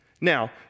Now